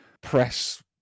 Press